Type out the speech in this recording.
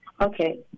Okay